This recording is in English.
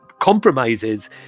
compromises